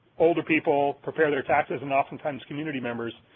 older people prepare their taxes and often times community members.